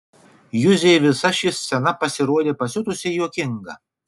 juzei visa ši scena pasirodė pasiutusiai juokinga